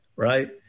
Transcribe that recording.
Right